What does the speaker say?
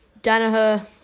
Danaher